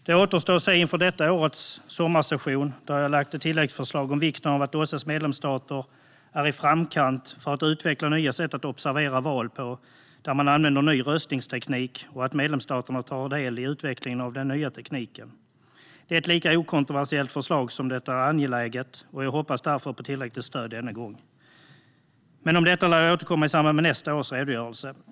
Det återstår att se inför detta års sommarsession, där jag lagt fram ett tilläggsförslag om vikten av att OSSE:s medlemsstater är i framkant för att utveckla nya sätt att observera val där man använder ny röstningsteknik och att medlemsstaterna tar del av utvecklingen av den nya tekniken. Det är ett lika okontroversiellt förslag som det är angeläget. Jag hoppas därför på tillräckligt stöd denna gång. Men om detta lär jag återkomma i samband med nästa års redogörelse.